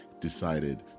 decided